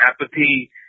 apathy